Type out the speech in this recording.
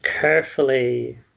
carefully